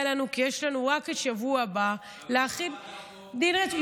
לנו כי יש לנו רק את שבוע הבא להחיל דין רציפות,